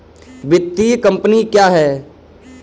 वित्तीय कम्पनी क्या है?